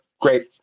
great